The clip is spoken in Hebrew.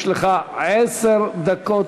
יש לך עשר דקות.